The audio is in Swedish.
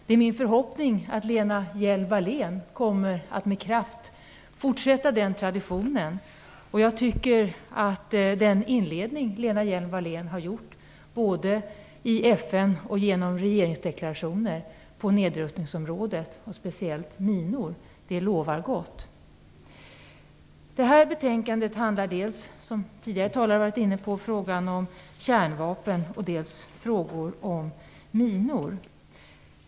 Det är min förhoppning att Lena Hjelm-Wallén kommer att med kraft fortsätta den traditionen, och jag tycker att den inledning Lena Hjelm-Wallén har gjort både i FN och genom regeringsdeklarationer på nedrustningsområdet, speciellt minor, lovar gott. Det här betänkandet handlar dels, som tidigare talare varit inne på, om kärnvapen, dels frågor om minor.